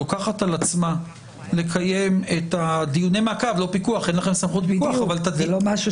מוסמכת להתקין הוראות שעה שנוגעות לביצוע הבחירות,